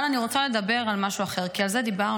אבל אני רוצה לדבר על משהו אחר, כי על זה דיברנו,